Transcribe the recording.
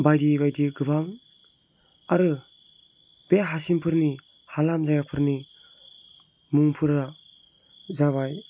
बायदि बायदि गोबां आरो बे हासिंफोरनि हालाम जायगाफोरनि मुंफोरा जाबाय